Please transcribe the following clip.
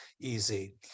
easy